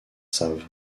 save